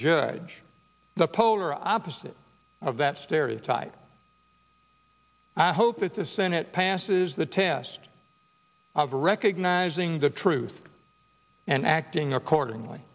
judge the polar opposite of that stereotype i hope that the senate passes the test of recognizing the truth and acting accordingly